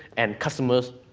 and customers,